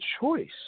choice